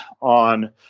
on